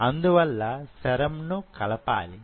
అందువలన సెరమ్ ను కలపాలి